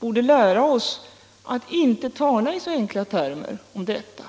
borde lära oss att inte tala i så enkla termer om detta.